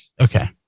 Okay